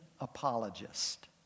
apologist